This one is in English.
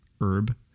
herb